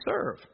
serve